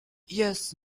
yes